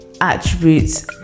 attributes